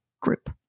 group